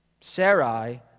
Sarai